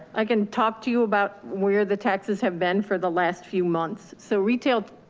i can talk to you about where the taxes have been for the last few months. so retail,